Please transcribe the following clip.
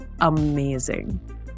amazing